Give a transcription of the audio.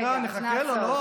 רגע, אז נעצור.